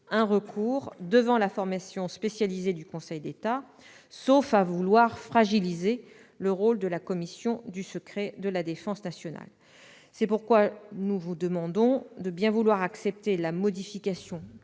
un recours devant la formation spécialisée du Conseil d'État, sauf à vouloir fragiliser le rôle de la Commission consultative du secret de la défense nationale. C'est pourquoi nous vous demandons de bien vouloir accepter la modification